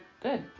good